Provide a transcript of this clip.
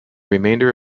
remainder